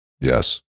Yes